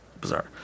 Bizarre